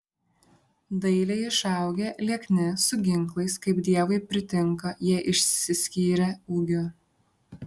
dailiai išaugę liekni su ginklais kaip dievui pritinka jie išsiskyrė ūgiu